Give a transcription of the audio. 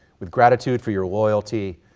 with gratitude for your loyalty,